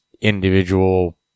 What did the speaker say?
individual